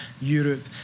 Europe